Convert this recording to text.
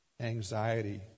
anxiety